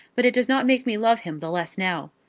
but it does not make me love him the less now.